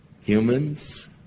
humans